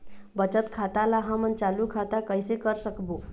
बचत खाता ला हमन चालू खाता कइसे कर सकबो?